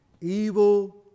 Evil